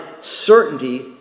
certainty